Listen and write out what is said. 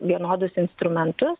vienodus instrumentus